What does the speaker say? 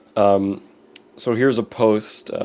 um so here's a post.